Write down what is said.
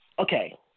Okay